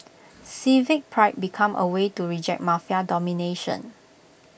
civic pride become A way to reject Mafia domination